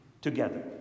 together